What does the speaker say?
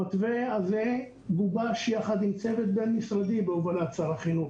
המתווה הזה גובש יחד עם צוות בין משרדי בהובלת שר החינוך.